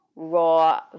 raw